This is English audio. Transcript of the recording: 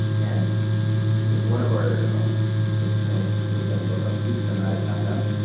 and one of our kind of kind of like the companies that we look up to some attics fm,